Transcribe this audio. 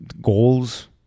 goals